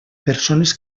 persones